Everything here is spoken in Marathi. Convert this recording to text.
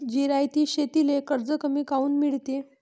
जिरायती शेतीले कर्ज कमी काऊन मिळते?